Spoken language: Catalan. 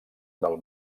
del